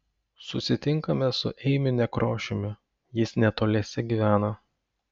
susitinkame su eimiu nekrošiumi jis netoliese gyvena